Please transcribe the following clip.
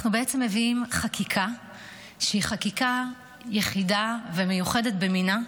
אנחנו בעצם מביאים חקיקה שהיא חקיקה יחידה ומיוחדת במינה,